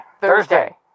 Thursday